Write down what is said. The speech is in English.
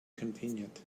convenient